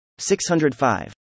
605